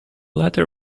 latter